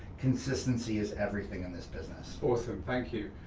consistency is everything in this business. awesome, thank you.